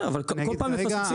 בסדר, אבל כל פעם מפספסים.